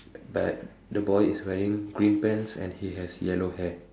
but the boy is wearing green pants and he has yellow hair